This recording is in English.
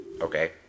okay